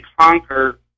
conquer